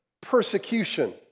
persecution